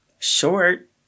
Short